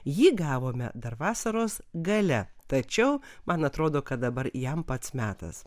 jį gavome dar vasaros gale tačiau man atrodo kad dabar jam pats metas